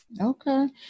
Okay